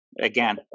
again